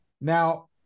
now